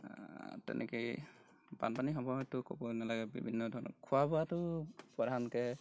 তেনেকেই বানপানী সময়তো ক'বই নালাগে বিভিন্ন ধৰণৰ খোৱা বোৱাটো প্ৰধানকৈ